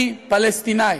אני פלסטינית,